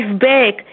back